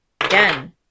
Again